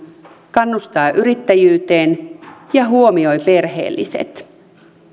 kannustaa yrittäjyyteen ja huomioi perheelliset